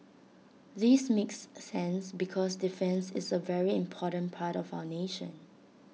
this makes sense because defence is A very important part of our nation